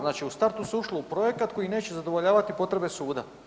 Znači u startu se ušlo u projekat koji neće zadovoljavati potrebe suda.